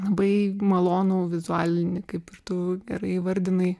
labai malonų vizualinį kaip ir tu gerai įvardinai